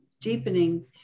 deepening